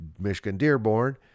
Michigan-Dearborn